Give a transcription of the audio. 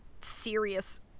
serious